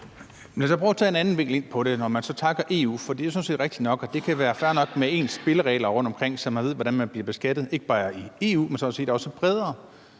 lad os prøve at tage en anden vinkel på det. I forhold til at takke EU er det jo sådan set rigtigt nok, at det kan være fair nok med ens spilleregler rundtomkring, så man ved, hvordan man bliver beskattet, ikke bare i EU, men sådan set også bredere.